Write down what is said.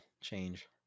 change